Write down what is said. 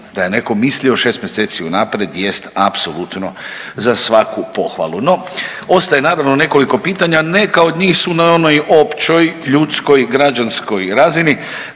da je neko mislio 6 mjeseci unaprijed jest apsolutno za svaku pohvalu. No, ostaje naravno nekoliko pitanja. Neka od njih su na onoj općoj, ljudskoj, građanskoj razini.